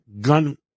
gun